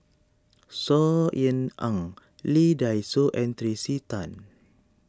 Saw Ean Ang Lee Dai Soh and Tracey Tan